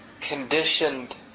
conditioned